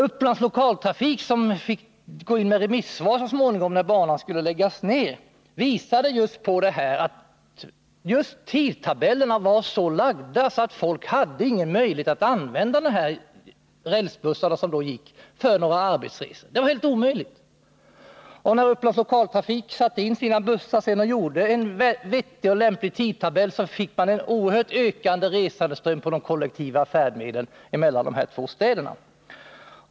Upplands Lokaltrafik, som så småningom fick gå in med remissvar när banan skulle läggas ner, visade just på att tidtabellerna var så lagda att folk inte hade någon möjlighet att använda rälsbussarna, som då gick, för några arbetsresor. När Upplands Lokaltrafik sedan satte in sina bussar och gjorde en vettig tidtabell fick man en oerhört ökande resandeström på de kollektiva färdmedlen mellan de här två städerna.